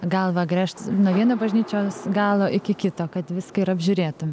galva gręžt nuo vieno bažnyčios galo iki kito kad viską ir apžiūrėtum